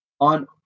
on